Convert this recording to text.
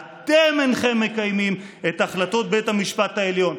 אתם אינכם מקיימים את החלטות בית המשפט העליון?